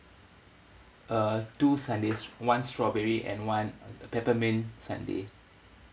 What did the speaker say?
uh two sundaes one strawberry and one peppermint sundae